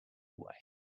away